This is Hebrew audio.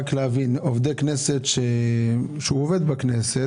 עובד כנסת